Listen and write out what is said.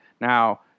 now